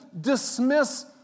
dismiss